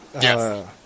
yes